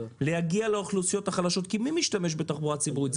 להגיע לאוכלוסיות החלשות כי מי משתמש בתחבורה ציבורית?